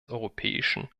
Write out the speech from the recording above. europäischen